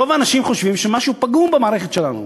רוב האנשים חושבים שמשהו פגום במערכת שלנו,